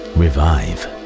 revive